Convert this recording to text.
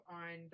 on